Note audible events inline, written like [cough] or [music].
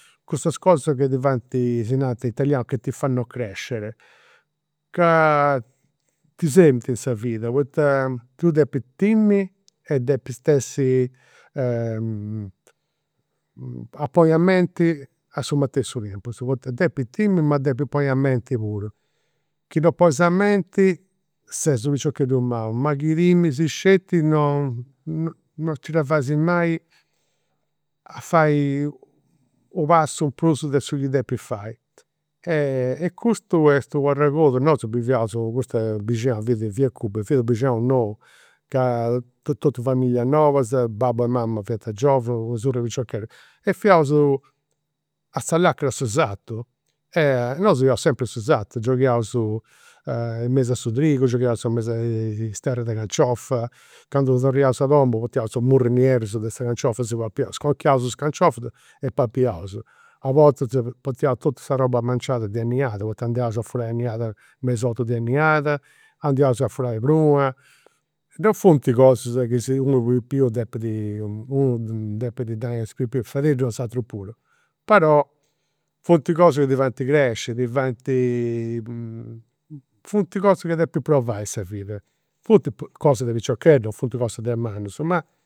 Cussa cosas chi ti faint, si narant in italianu che ti fanno crescere, ca [hesitation] ti srebint in sa vida poita tui depi timiri e depist essi [hesitation] a ponni a menti a su matessu tempus, poita depis timiri ma depis ponni a menti puru. Chi non ponis a menti ses u' piciocheddu mau, ma chi timis sceti non [hesitation] non ci dda fais mai a fai u' passu in prus de su chi depis fai. E custu est u'arregodu, nosu biviaus, custu bixinau, via Cuba, fiat u' bixinau nou ca totus familias nobas, babbus e mamas fiant giovunu, una surr'e piciocheddus e fiaus a sa lacan'e su sartu, nosu fiaus sempri in su sartu, gioghiaus in mesu a su trigu, gioghiaus in mesu a [hesitation] is terras de canciofa. Candu torriaus a domu potiaus i' murrus nieddus de sa canciofa chi si papiaus, sconchiaus is canciofas e papiaus. A bortas potiaus totu sa roba manciada de, [unintelligible] poita andiaus a furai aniada me is ortus de aniada, andiaus a furai pruna. Non funt cosas chi si unu, unu pipiu depit, unu [hesitation] depit nai a is pipius, fadeiddu 'osatrus puru, però funt cosas chi ti faint cresci, ti faint [hesitation] funt cosas chi depis provai in sa vida, funt cosas de piciocheddus, non funt cosas de mannus ma